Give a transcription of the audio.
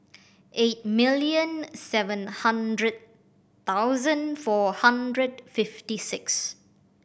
eight million seven hundred thousand four hundred fifty six